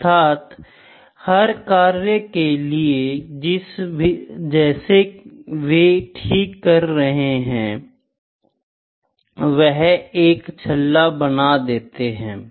अर्थात हर कार्य के लिए जिसे वे ठीक कर रहे हैं वह एक छल्ला बना देते हैं